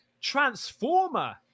Transformer